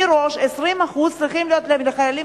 ומראש 20% צריכים להיות לחיילים